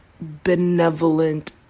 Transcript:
benevolent